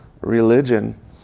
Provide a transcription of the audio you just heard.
religion